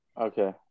Okay